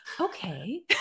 okay